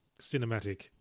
cinematic